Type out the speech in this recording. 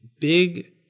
big